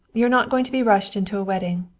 you're not going to be rushed into a wedding.